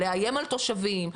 לאיים על תושבים,